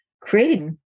creating